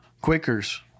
Quakers